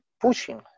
pushing